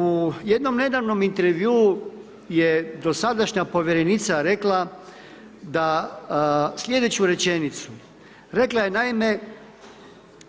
U jednom nedavnom je dosadašnja povjerenica rekla da sljedeću rečenicu, rekla je naime